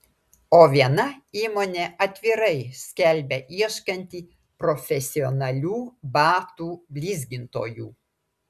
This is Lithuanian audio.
o viena įmonė atvirai skelbia ieškanti profesionalių batų blizgintojų